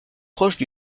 proches